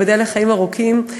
תיבדל לחיים ארוכים,